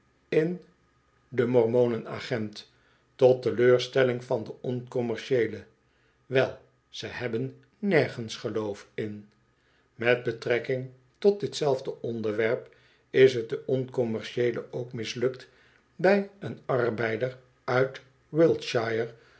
in de mormonen agent tot teleurstelling van den oncommercieele wel ze hebben nergens geloof ini met betrekking tot ditzelfde onderwerp is t den oncommercieele ook mislukt bij een arbeider uit